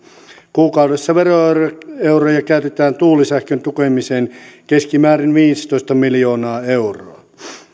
kuukaudessa veroeuroja käytetään tuulisähkön tukemiseen keskimäärin viisitoista miljoonaa euroa